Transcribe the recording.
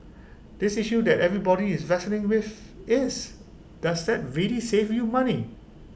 this issue that everybody is wrestling with is does that really save you money